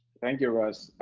thank you russ.